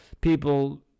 people